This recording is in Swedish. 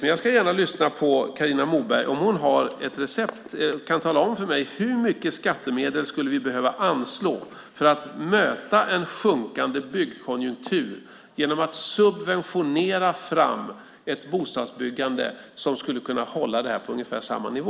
Men jag ska gärna lyssna på Carina Moberg och höra om hon kan tala om för mig hur mycket skattemedel som vi skulle behöva anslå för att möta en sjunkande byggkonjunktur genom att subventionera fram ett bostadsbyggande som skulle kunna hålla detta på ungefär samma nivå.